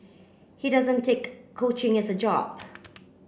he doesn't take coaching as a job